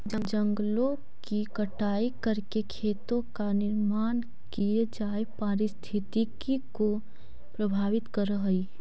जंगलों की कटाई करके खेतों का निर्माण किये जाए पारिस्थितिकी को प्रभावित करअ हई